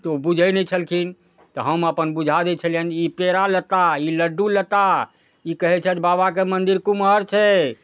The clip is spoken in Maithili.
तऽ ओ बुझै नहि छलखिन तऽ हम अपन बुझा दै छलिअनि ई पेड़ा लेताह आओर ई लड्डू लेताह ई कहै छथि बाबाके मन्दिर कोम्हर छै